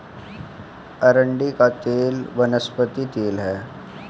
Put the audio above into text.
अरंडी का तेल वनस्पति तेल है